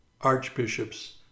archbishops